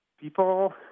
people